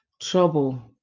trouble